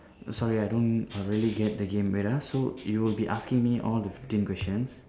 sorry I don't err really get the game wait ah so you will be asking me all the fifteen questions